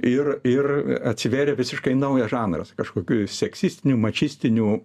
ir ir atsivėrė visiškai naujas žanras kažkokių seksistinių mačistinių